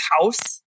house